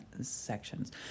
sections